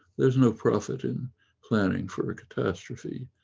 there's no profit in planning for a catastrophe,